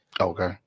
Okay